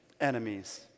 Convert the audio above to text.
enemies